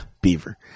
Beaver